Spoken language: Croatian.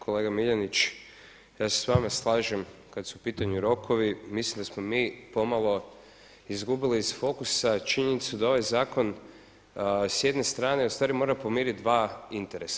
Kolega Miljenić, ja se s vama slažem kada su u pitanju rokovi, mislim da smo mi pomalo izgubili iz fokusa činjenicu da ovaj zakon s jedne strane ustvari mora pomiriti dva interesa.